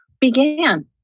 began